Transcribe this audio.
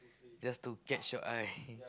just to catch your eye